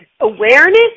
Awareness